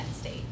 State